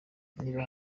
niba